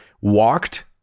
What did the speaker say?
walked